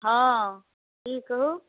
हँ की कहू